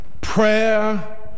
Prayer